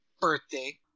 birthday